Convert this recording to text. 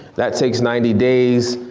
that takes ninety days.